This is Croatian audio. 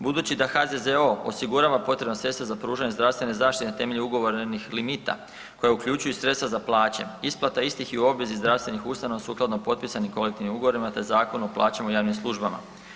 Budući da HZZO osigurava potrebna sredstva za pružanje zdravstvene zaštite na temelju ugovorenih limita koja uključuju sredstva za plaće, isplata istih je u obvezi zdravstvenih ustanova sukladno potpisanim kolektivnim ugovorima te Zakonu o plaćama u javnim službama.